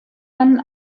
dann